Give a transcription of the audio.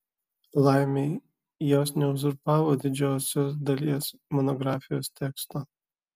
laimei jos neuzurpavo didžiosios dalies monografijos teksto